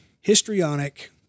histrionic